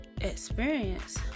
experience